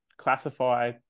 classify